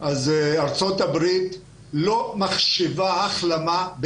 ארצות הברית כלל לא מחשיבה החלמה.